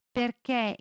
perché